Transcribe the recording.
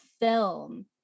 film